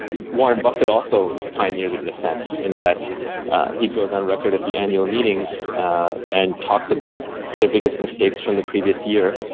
warren buffet also pioneered it, in a sense, in that he goes on record at the annual meetings and talks about their biggest mistakes from the previous year.